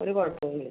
ഒര് കുഴപ്പം ഇല്ല